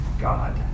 God